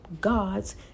God's